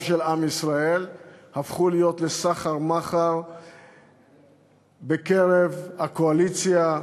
של עם ישראל הפכו להיות סחר-מכר בקרב הקואליציה,